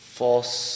false